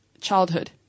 childhood